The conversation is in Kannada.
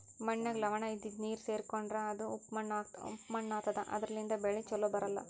ಮಣ್ಣಿನಾಗ್ ಲವಣ ಇದ್ದಿದು ನೀರ್ ಸೇರ್ಕೊಂಡ್ರಾ ಅದು ಉಪ್ಪ್ ಮಣ್ಣಾತದಾ ಅದರ್ಲಿನ್ಡ್ ಬೆಳಿ ಛಲೋ ಬರ್ಲಾ